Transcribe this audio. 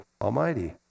almighty